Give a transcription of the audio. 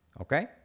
Okay